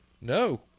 No